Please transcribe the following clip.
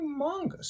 humongous